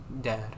dad